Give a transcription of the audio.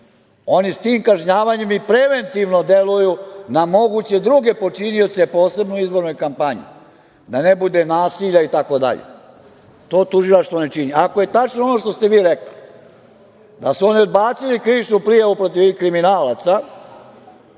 Oni s tim kažnjavanjem i preventivno deluju na moguće druge počinioce, a posebno u izbornoj kampanji, da ne bude nasilja itd. To tužilaštvo ne čini. Ako je tačno ono što ste vi rekli, da su oni odbacili krivičnu prijavu protiv kriminalaca